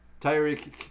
Tyreek